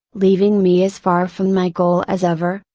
leaving me as far from my goal as ever,